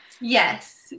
Yes